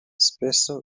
spesso